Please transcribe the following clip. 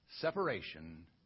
separation